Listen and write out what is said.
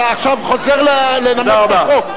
אתה עכשיו חוזר ללמד את החוק.